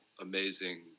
amazing